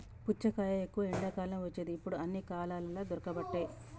పుచ్చకాయ ఎక్కువ ఎండాకాలం వచ్చేది ఇప్పుడు అన్ని కాలాలల్ల దొరుకబట్టె